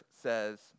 says